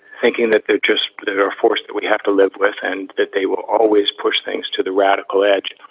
thinking that they're just that are a force that we have to live with and that they will always push things to the radical edge,